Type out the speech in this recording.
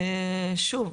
אני חושבת